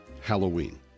Halloween